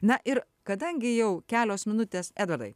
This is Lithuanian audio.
na ir kadangi jau kelios minutės edvardai